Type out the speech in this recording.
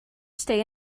stay